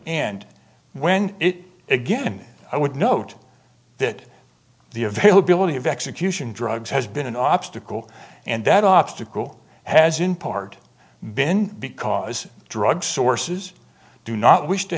and when it again i would note that the availability of execution drugs has been an obstacle and that obstacle has in part been because drug sources do not wish to